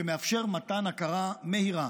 שמאפשר מתן הכרה מהירה,